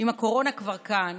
שאם הקורונה כבר כאן